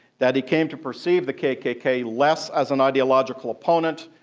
that he came to perceive the kkk less as an ideological opponent,